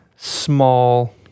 small